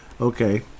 Okay